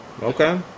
okay